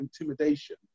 intimidation